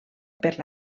per